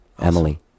emily